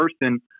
person